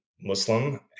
Muslim